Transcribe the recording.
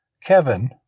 Kevin